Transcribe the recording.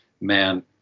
Man